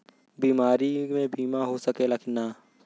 बीमारी मे बीमा हो सकेला कि ना?